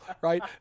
right